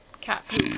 Cat